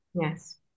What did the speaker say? Yes